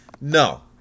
No